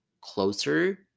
closer